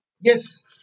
Yes